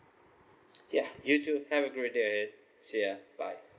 yeuh you too have a great day seeya bye